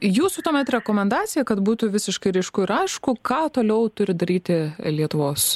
jūsų tuomet rekomendacija kad būtų visiškai ryšku ir aišku ką toliau turi daryti lietuvos